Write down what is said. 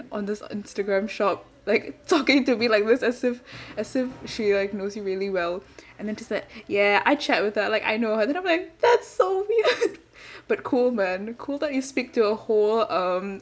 on this Instagram shop like talking to me like we're as if as if she like knows you really well and then just like yeah I chat with her like I know her then I'm like that's so weird but cool man cool that you speak to a whole um